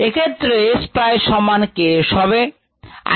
এক্ষেত্রে S প্রায় সমান K s হবে